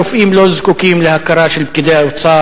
הרופאים לא זקוקים להכרה של פקידי האוצר